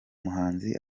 muhanzi